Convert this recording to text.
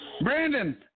Brandon